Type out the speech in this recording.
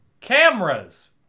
Cameras